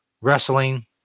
Wrestling